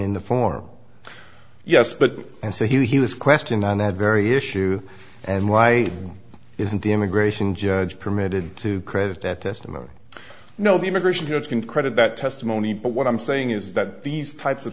in the form yes but and so he was questioned on that very issue and why isn't immigration judge permitted to credit at testimony no the immigration here can credit that testimony but what i'm saying is that these types of